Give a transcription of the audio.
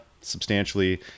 substantially